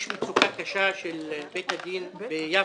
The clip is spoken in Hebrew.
יש מצוקה קשה של בית הדין השרעי ביפו,